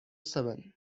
seven